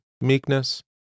meekness